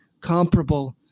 comparable